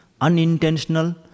unintentional